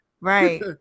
Right